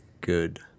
good